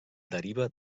deriva